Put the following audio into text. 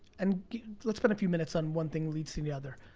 and let's spend a few minutes on one thing leads to the other.